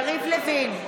יריב לוין,